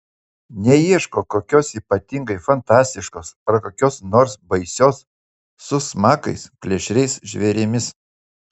neieško kokios ypatingai fantastiškos ar kokios nors baisios su smakais plėšriais žvėrimis